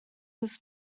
his